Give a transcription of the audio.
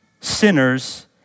sinners